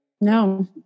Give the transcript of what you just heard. no